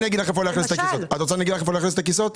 אני אגיד לך איפה לאכלס את הכיסאות.